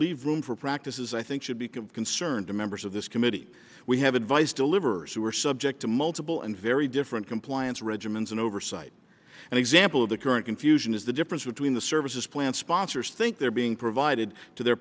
leave room for practices i think should be concerned to members of this committee we have advice deliverers who are subject to multiple and very different compliance regimens and oversight an example of the current confusion is the difference between the services plan sponsors think they're being provided to their